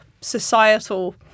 societal